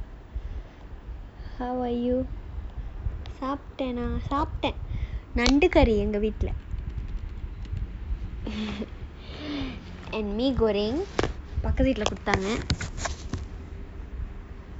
how are you சாப்பிட்டேன் நண்டு:saaptaen nandu curry எங்க வீட்ல:enga veetla and mee goreng பக்கத்து வீட்ல கொடுத்தாங்க:pakathu veetla koduthaanga